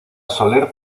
soler